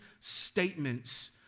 statements